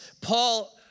Paul